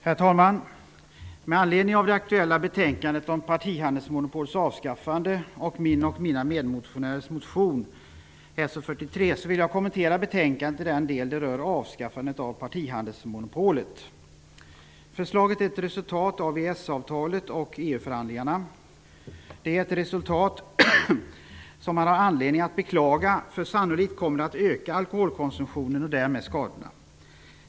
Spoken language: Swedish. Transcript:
Herr talman! Med anledning av det aktuella betänkandet om partihandelsmonopolets avskaffande och min och mina medmotionärers motion So43 vill jag kommentera betänkandet i den del det rör avskaffandet av partihandelsmonopolet. Förslaget är ett resultat av EES-avtalet och EU förhandlingarna. Det är ett resultat som man har anledning att beklaga, för sannolikt kommer det att innebära ökad alkoholkonsumtion och därmed ökade skador.